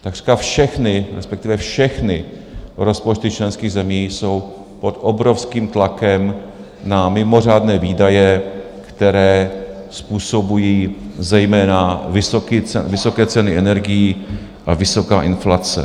Takřka všechny, respektive všechny rozpočty členských zemí jsou pod obrovským tlakem na mimořádné výdaje, které způsobují zejména vysoké ceny energií a vysoká inflace.